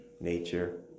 nature